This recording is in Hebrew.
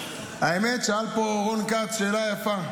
--- האמת, שאל פה רון כץ שאלה יפה.